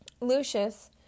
Lucius